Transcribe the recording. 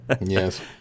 yes